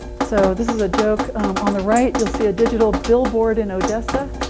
so this is a joke on the right, you'll see a digital billboard in odesa,